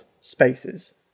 spaces